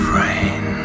rain